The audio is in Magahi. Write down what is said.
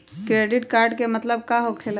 क्रेडिट कार्ड के मतलब का होकेला?